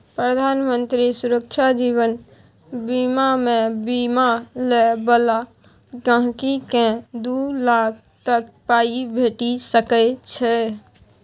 प्रधानमंत्री सुरक्षा जीबन बीमामे बीमा लय बला गांहिकीकेँ दु लाख तक पाइ भेटि सकै छै